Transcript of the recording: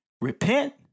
repent